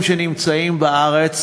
תודה, אדוני